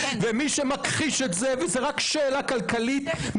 זאת רק שאלה כלכלית,